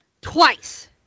Twice